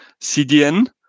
CDN